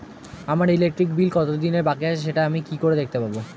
আমার electric bill কত দিনের বাকি আছে সেটা আমি কি করে দেখতে পাবো?